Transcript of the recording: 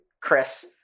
Chris